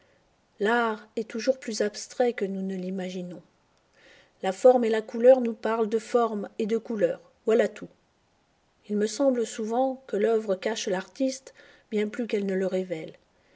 l'art est toujours plus abstrait que nous ne l'imaginons la forme et la couleur nous parlent de forme et de couleur voilà tout il me semble souvent que l'œuvre cache l'artiste bien plus qu elle ne le révèle